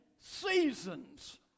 seasons